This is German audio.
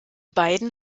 beiden